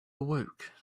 awoke